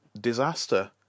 Disaster